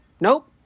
Nope